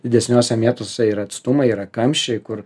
didesniuose miestuose ir atstumai yra kamščiai kur